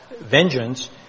vengeance